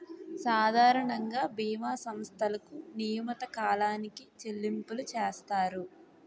సాధారణంగా బీమా సంస్థలకు నియమిత కాలానికి చెల్లింపులు చేస్తారు